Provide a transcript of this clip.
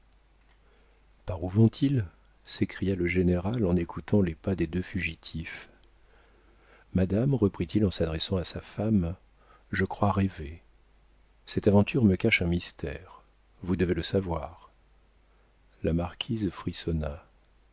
par où vont-ils s'écria le général en écoutant les pas des deux fugitifs madame reprit-il en s'adressant à sa femme je crois rêver cette aventure me cache un mystère vous devez le savoir la marquise frissonna